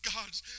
God's